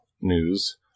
news